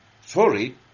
Sorry